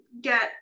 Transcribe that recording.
get